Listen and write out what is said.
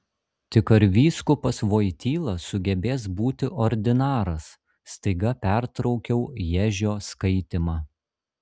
tik ar vyskupas voityla sugebės būti ordinaras staiga pertraukiau ježio skaitymą